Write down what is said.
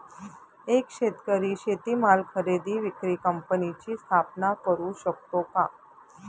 एक शेतकरी शेतीमाल खरेदी विक्री कंपनीची स्थापना करु शकतो का?